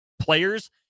players